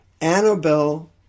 Annabelle